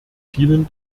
vielen